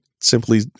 simply